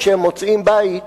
כשהם מוצאים בית,